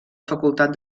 facultat